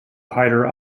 hyder